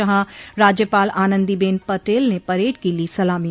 जहाँ राज्यपाल आनन्दी बेन पटेल ने परेड की ली सलामी